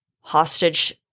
hostage